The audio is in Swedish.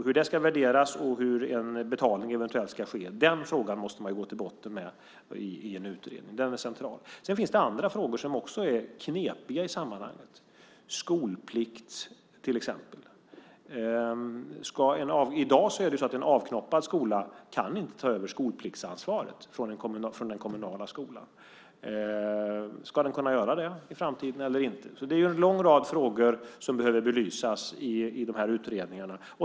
Hur det ska värderas och hur en betalning eventuellt ska ske är en fråga som man måste gå till botten med i en utredning, för den är central. Sedan finns det andra frågor som också är knepiga i sammanhanget, skolplikt till exempel. I dag är det så att en avknoppad skola inte kan ta över skolpliktsansvaret från den kommunala skolan. Ska den kunna göra det i framtiden eller inte? Det är en lång rad frågor som behöver belysas i de här utredningarna.